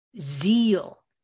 zeal